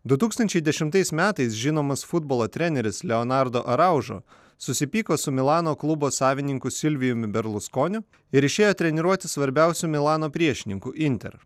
du tūkstančiai dešimtais metais žinomas futbolo treneris leonardo araužo susipyko su milano klubo savininku silvijumi berluskoniu ir išėjo treniruoti svarbiausių milano priešininkų inter